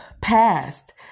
passed